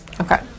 Okay